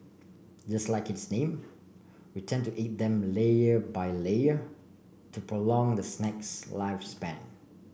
just like its name we tend to eat them layer by layer to prolong the snack's lifespan